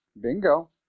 Bingo